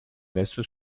verso